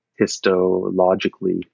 histologically